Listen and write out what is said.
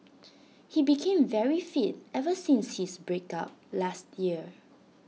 he became very fit ever since his break up last year